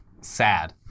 Sad